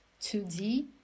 2D